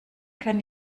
kann